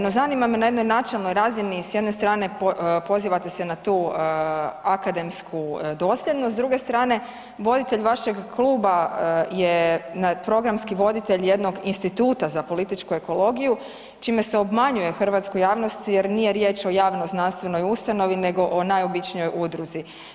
No zanima me na jednoj načelnoj razini s jedne strane pozivate se na tu akademsku dosljednost, s druge strane voditelj vašeg kluba je programski voditelj jednog instituta za političku ekologiju čime se obmanjuje hrvatsku javnost jer nije riječ o javno znanstvenoj ustanovi nego o najobičnijoj udruzi.